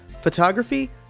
photography